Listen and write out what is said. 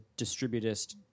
distributist